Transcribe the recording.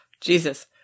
Jesus